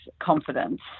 confidence